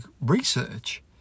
research